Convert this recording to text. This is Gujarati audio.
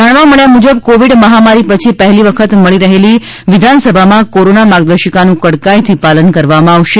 જાણવા મળ્યા મુજબ કોવિડ મહામારી પછી પહેલી વખત મળી રહેલી વિધાન સભામાં કોરોના માર્ગદર્શિકાનું કડકાઇથી પાલન કરવામાં આવશે